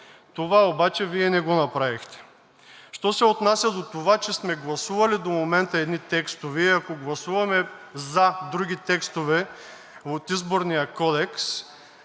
Това обаче Вие не го направихте. Що се отнася до това, че сме гласували до момента едни текстове и ако гласуваме за други текстове от Изборния кодекс,